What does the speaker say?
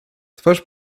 twarz